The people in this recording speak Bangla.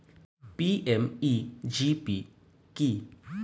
পি.এম.ই.জি.পি কি?